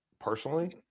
personally